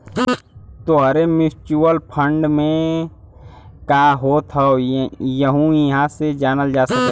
तोहरे mutual fund में का होत हौ यहु इहां से जानल जा सकला